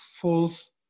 false